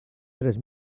tres